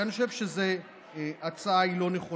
כי אני חושב שההצעה היא לא נכונה,